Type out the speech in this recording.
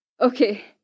Okay